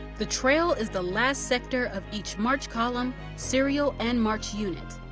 the trail is the last sector of each march column, serial, and march unit.